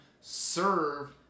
serve